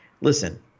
listen